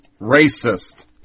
racist